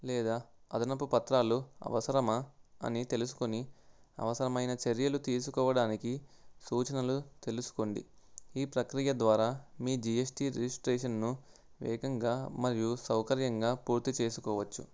లేదా అదనపు పత్రాలు అవసరమా అని తెలుసుకొని అవసరమైన చర్యలు తీసుకోవడానికి సూచనలు తెలుసుకోండి ఈ ప్రక్రియ ద్వారా మీ జిఎస్టీ రిజిస్ట్రేషన్ను వేగంగా మరియు సౌకర్యంగా పూర్తి చేసుకోవచ్చు